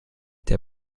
der